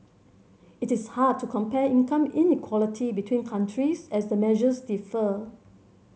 it is hard to compare income inequality between countries as the measures differ